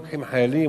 לוקחים חיילים,